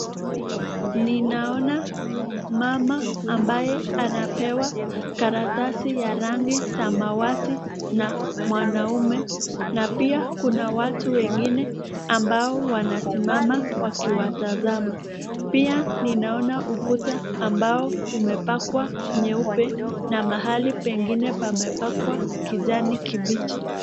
Ninaona mama ambaye anapewa karatasi ya rangi samawati na mwanaume na pia kuna watu wengine ambao wanasimama wakiwatazama. Pia ninaona ukuta ambao umepakwa nyeupe na mahali pengine pamepakwa kijani kibichi.